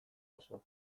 oso